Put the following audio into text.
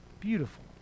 beautiful